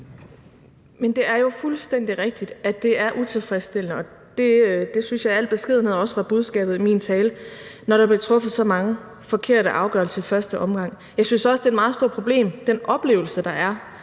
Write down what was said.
Men det er jo fuldstændig rigtigt, at det er utilfredsstillende, og det synes jeg i al beskedenhed også var budskabet i min tale, når der bliver truffet så mange forkerte afgørelser i første omgang. Jeg synes også, det er et meget stort problem med den oplevelse, der er